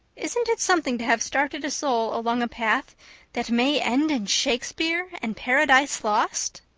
isn't it something to have started a soul along a path that may end in shakespeare and paradise lost?